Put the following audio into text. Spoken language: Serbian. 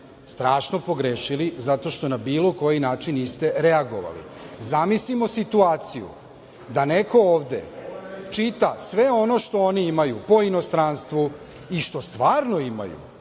strašno pogrešili zato što na bilo koji način niste reagovali. Zamislimo situaciju da neko ovde čita sve ono što oni imaju po inostranstvu, i što stvarno imaju,